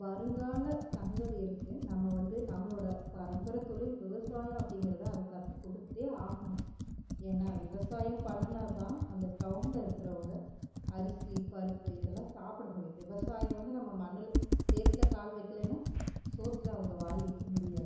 வருங்கால சங்கதி இருக்கு நம்ப வந்து நம்மளோட பரம்பரை தொழில் விவசாயம் அப்படிங்கிறத அது கற்று கொடுத்தே ஆகணும் ஏன்னா விவசாயம் பண்ணுனா தான் அந்த டவுனில் இருக்கிறவங்க அரிசி பருப்பு இதெல்லாம் சாப்பிட முடியும் விவசாயம் வந்து நம்ம மண்ணில் சேத்தில் கால் வைக்கலைன்னா சோத்தில் அவங்க வாய் வைக்க முடியாது